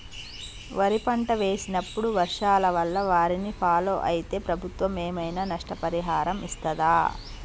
వరి పంట వేసినప్పుడు వర్షాల వల్ల వారిని ఫాలో అయితే ప్రభుత్వం ఏమైనా నష్టపరిహారం ఇస్తదా?